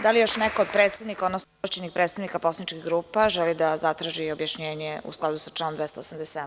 Da li još neko od predsednika, odnosno ovlašćenih predstavnika poslaničkih grupa želi da zatraži objašnjenje u skladu sa članom 287.